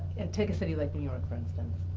and take a city like new york, for instance.